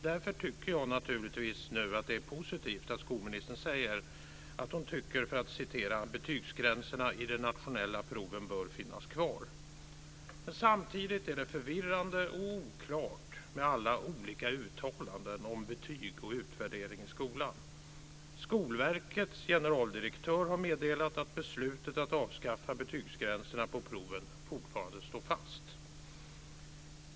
Därför tycker jag naturligtvis nu att det är positivt att skolministern säger att hon tycker att "betygsgränserna i de nationella proven bör finnas kvar". Samtidigt är det förvirrande och oklart med alla olika uttalanden om betyg och utvärdering i skolan. Skolverkets generaldirektör har meddelat att beslutet att avskaffa betygsgränserna på proven fortfarande står fast.